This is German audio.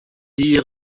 die